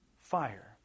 fire